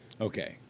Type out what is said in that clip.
Okay